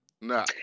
No